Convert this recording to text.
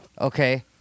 okay